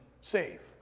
save